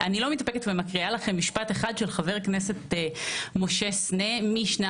ברצוני להקריא משפט אחד מדבריו של חבר הכנסת משה סנה מהשנה